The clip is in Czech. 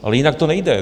Ale jinak to nejde.